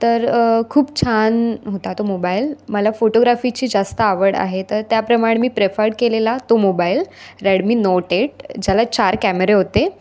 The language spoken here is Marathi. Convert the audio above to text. तर खूप छान होता तो मोबाईल मला फोटोग्राफीची जास्त आवड आहे तर त्याप्रमाणे मी प्रेफर्ड केलेला तो मोबाईल रेडमी नोट एट ज्याला चार कॅमेरे होते